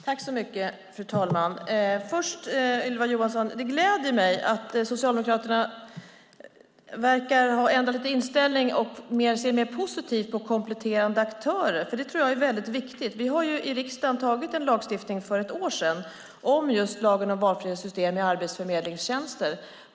Fru talman! Det gläder mig, Ylva Johansson, att Socialdemokraterna verkar ha ändrat inställning lite grann och ser mer positivt på kompletterande aktörer. Jag tror att detta är viktigt. Vi fattade i riksdagen för ett år sedan beslut om en lagstiftning för valfrihetssystem i arbetsförmedlingstjänster.